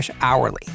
hourly